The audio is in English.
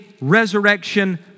resurrection